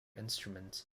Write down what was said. instrument